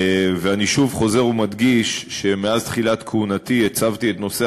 אני שוב חוזר ומדגיש שמאז תחילת כהונתי הצבתי את נושא